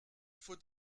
faut